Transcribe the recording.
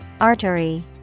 Artery